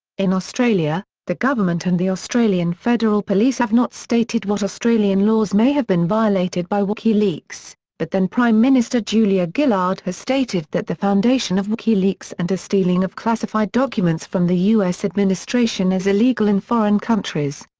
in australia, the government and the australian federal police have not stated what australian laws may have been violated by wikileaks, but then prime minister julia gillard has stated that the foundation of wikileaks and the stealing of classified documents from the us administration is illegal in foreign countries.